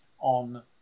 on